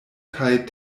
kaj